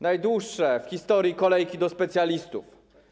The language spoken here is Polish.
Najdłuższe w historii kolejki do specjalistów.